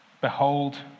Behold